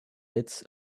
its